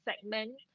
segment